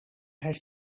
had